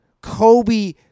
Kobe